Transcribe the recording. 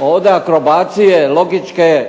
ovdje akrobacije logičke